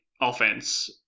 offense